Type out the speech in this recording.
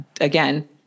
again